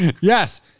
Yes